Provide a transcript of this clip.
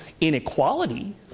inequality